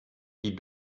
die